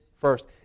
first